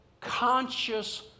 conscious